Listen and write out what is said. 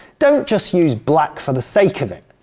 don't just use black for the sake of it,